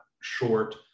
short